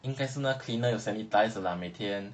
应该是那个 cleaner 有 sanitize 的 lah 每天